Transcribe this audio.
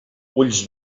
ulls